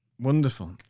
Wonderful